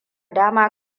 dama